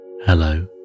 Hello